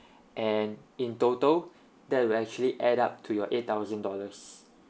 and in total that will actually add up to your eight thousand dollars